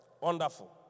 Wonderful